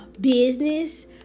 business